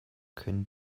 können